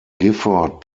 gifford